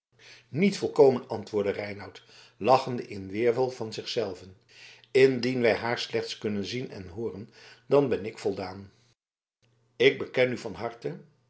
niet volkomen antwoordde reinout lachende in weerwil van zich zelven indien wij haar slechts kunnen zien en hooren dan ben ik voldaan ik beken u van harte